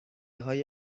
های